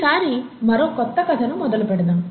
ఈసారి మరో కొత్త కథ మొదలు పెడదాం